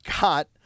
got